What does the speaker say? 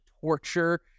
torture